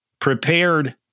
prepared